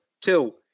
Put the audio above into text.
Two